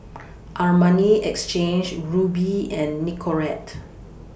Armani Exchange Rubi and Nicorette